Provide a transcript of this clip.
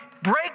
break